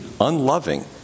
unloving